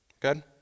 Good